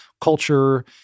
culture